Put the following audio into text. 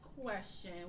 question